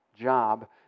job